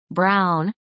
brown